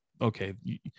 okay